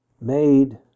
made